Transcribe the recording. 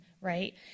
right